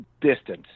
distance